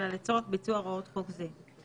אלא לצורך ביצוע הוראות חוק זה.